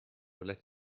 let